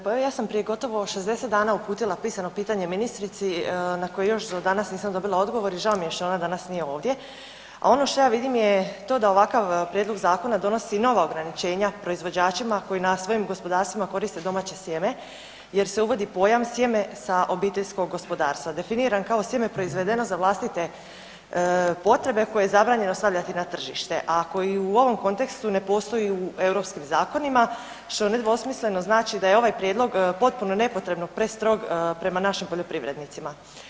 Pa evo ja sam prije gotovo 60 dana uputila pisano pitanje ministrici na koje još do danas nisam dobila odgovor i žao mi je što ona danas nije ovdje, a ono što ja vidim je to da ovakav prijedlog zakona donosi nova ograničenja proizvođačima koji na svojim gospodarstvima koriste domaće sjeme jer se uvodi pojam sjeme sa obiteljskog gospodarstva, definiran kao sjeme proizvedeno za vlastite potrebe koje je zabranjeno stavljati na tržište a koji u ovom kontekstu ne postoji u europskim zakonima, što nedvosmisleno znači da je ovaj prijedlog potpuno nepotrebno prestrog prema našim poljoprivrednicima.